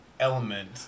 Element